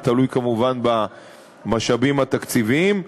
זה תלוי כמובן במשאבים התקציביים.